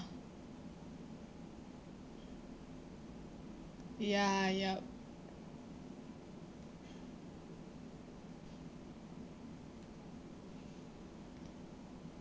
ya yup